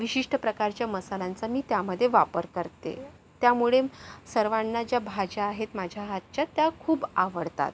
विशिष्ट प्रकारच्या मसाल्यांचा मी त्यामध्ये वापर करते त्यामुळे सर्वांना ज्या भाज्या आहेत माझ्या हातच्या त्या खूप आवडतात